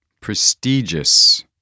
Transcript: Prestigious